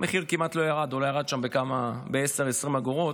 המחיר כמעט לא ירד, אולי ירד שם ב-10, 20 אגורות.